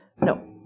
No